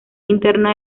interno